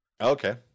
okay